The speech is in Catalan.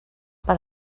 per